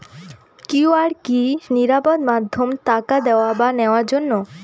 QR কি নিরাপদ মাধ্যম টাকা দেওয়া বা নেওয়ার জন্য?